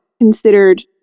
considered